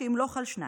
שימלוך על שניים.